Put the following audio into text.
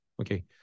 Okay